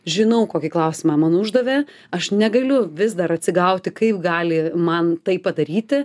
žinau kokį klausimą man uždavė aš negaliu vis dar atsigauti kaip gali man tai padaryti